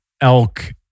elk